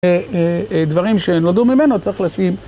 דברים שנודעו ממנו צריך לשים.